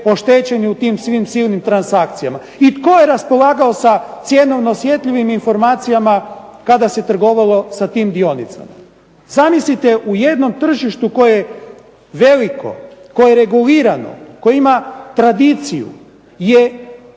oštećeni u tim svim silnim transakcijama. I tko je raspolagao sa cjenovno osjetljivim informacijama kada se trgovalo sa tim dionicama? Zamislite u jednom tržištu koje je veliko, koje je regulirano, koje ima tradiciju je